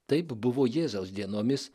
taip buvo jėzaus dienomis